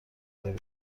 بودیم